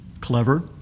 clever